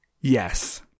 yes